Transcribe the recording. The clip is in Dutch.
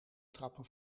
trappen